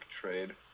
trade